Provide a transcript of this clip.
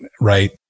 right